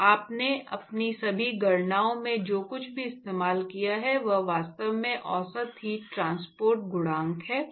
तो आपने अपनी सभी गणनाओं में जो कुछ भी इस्तेमाल किया है वह वास्तव में औसत हीट ट्रांसपोर्ट गुणांक है